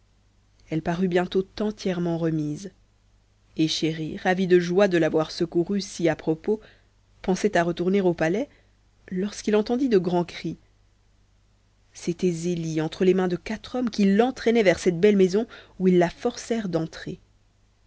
elle parut bientôt entièrement remise et chéri ravi de joie de l'avoir secourue si à propos pensait à retourner au palais lorsqu'il entendit de grands cris c'était zélie entre les mains de quatre hommes qui l'entraînaient vers cette belle maison où ils la forcèrent d'entrer